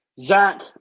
Zach